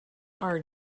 are